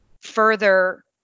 Further